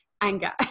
anger